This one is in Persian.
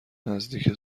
نزدیک